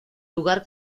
lugar